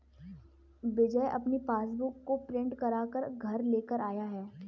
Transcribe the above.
विजय अपनी पासबुक को प्रिंट करा कर घर लेकर आया है